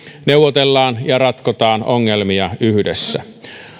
neuvotellaan ja ratkotaan ongelmia yhdessä